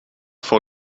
vor